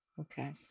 Okay